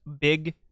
big